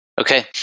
Okay